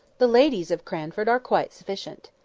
the ladies of cranford are quite sufficient.